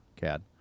CAD